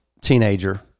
teenager